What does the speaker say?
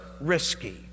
risky